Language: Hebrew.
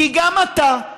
כי גם אתה,